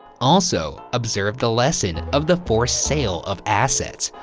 also observe the lesson of the forced sale of assets.